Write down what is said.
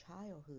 childhood